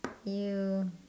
!eww!